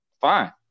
Fine